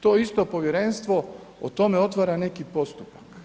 To isto povjerenstvo o tome otvara neki postupak.